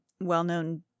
well-known